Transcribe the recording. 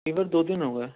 fever دو دن ہو گئے